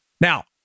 Now